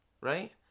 right